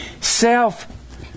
Self